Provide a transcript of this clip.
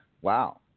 Wow